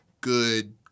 good